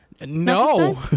No